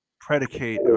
predicate